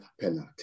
penalty